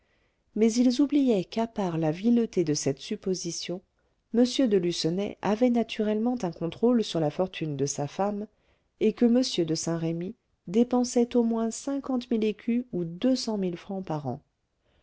mais ils oubliaient qu'à part la vileté de cette supposition m de lucenay avait naturellement un contrôle sur la fortune de sa femme et que m de saint-remy dépensait au moins cinquante mille écus ou deux cent mille francs par an